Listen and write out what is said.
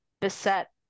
beset